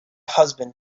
husband